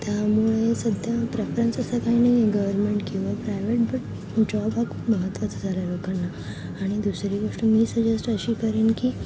त्यामुळे सध्या प्रेफरन्स असं काही नाही आहे गव्हर्नमेंट किंवा प्रायवेट बट जॉब हा खूप महत्त्वाचा झाला आहे लोकांना आणि दुसरी गोष्ट मी सजेस्ट अशी करेन की